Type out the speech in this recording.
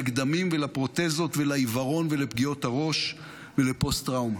לגדמים ולפרוטזות ולעיוורון ולפגיעות הראש ולפוסט-טראומה.